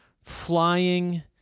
flying